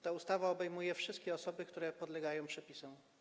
Ta ustawa obejmuje wszystkie osoby, które podlegają jej przepisom.